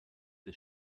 des